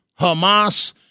Hamas